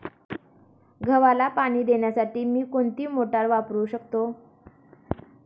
गव्हाला पाणी देण्यासाठी मी कोणती मोटार वापरू शकतो?